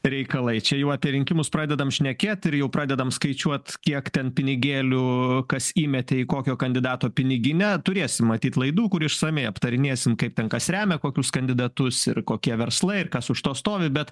reikalai čia jau apie rinkimus pradedam šnekėt ir jau pradedam skaičiuot kiek ten pinigėlių kas įmetė į kokio kandidato piniginę turėsim matyt laidų kur išsamiai aptarinėsim kaip ten kas remia kokius kandidatus ir kokie verslai ir kas už to stovi bet